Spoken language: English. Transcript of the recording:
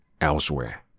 elsewhere